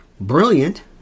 brilliant